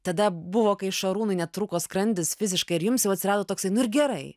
tada buvo kai šarūnui net trūko skrandis fiziškai ir jums jau atsirado toksai nu ir gerai